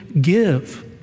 give